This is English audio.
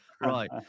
Right